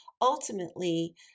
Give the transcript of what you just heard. Ultimately